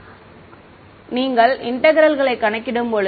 மாணவர் ஆமாம் நீங்கள் இன்டெக்ரேல்களை கணக்கிடும்போது